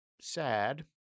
sad